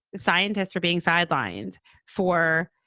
scientists are being sidelined for,